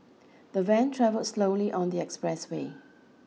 the van travel slowly on the expressway